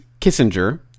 Kissinger